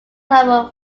lover